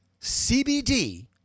CBD